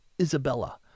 Isabella